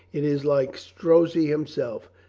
it is like strozzi himself.